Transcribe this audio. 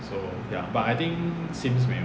so but I think sims 没有